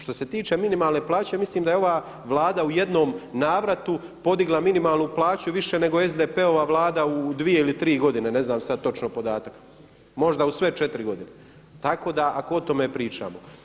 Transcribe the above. Što se tiče minimalne plaće, mislim da je ova Vlada u jednom navratu podigla minimalnu plaću više SDP-ova vlada u dvije ili tri godine, ne znam sada točno podatak, možda u sve četiri godine ako o tome pričamo.